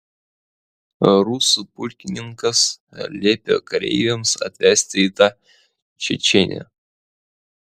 rusų pulkininkas liepė kareiviams atvesti tą čečėnę